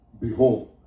Behold